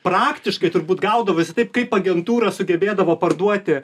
praktiškai turbūt gaudavosi taip kaip agentūra sugebėdavo parduoti